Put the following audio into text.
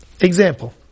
Example